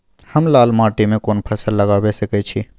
हम लाल माटी में कोन फसल लगाबै सकेत छी?